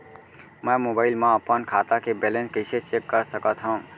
मैं मोबाइल मा अपन खाता के बैलेन्स कइसे चेक कर सकत हव?